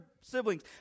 siblings